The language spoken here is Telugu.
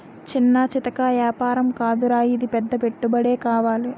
చిన్నా చితకా ఏపారం కాదురా ఇది పెద్ద పెట్టుబడే కావాలి